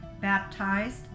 baptized